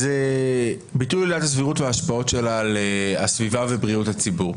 אז ביטול עילת הסבירות וההשפעות שלה על הסביבה ובריאות הציבור.